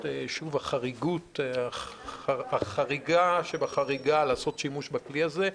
למרות החריגה שבחריגה לעשות שימוש בכלי הזה.